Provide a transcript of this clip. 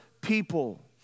people